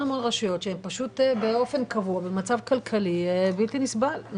רשויות שהן פשוט באופן קבוע במצב כלכלי בלתי נסבל.